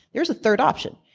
there's a third option.